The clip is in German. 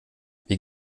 wir